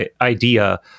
idea